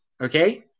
Okay